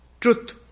truth